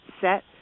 Set